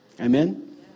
Amen